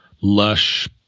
lush